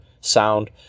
sound